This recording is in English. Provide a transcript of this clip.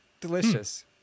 Delicious